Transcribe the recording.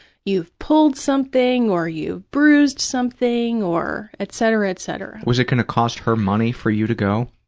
you've pulled something or you've bruised something or etc, etc. was it going to cost her money for you to go?